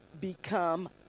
become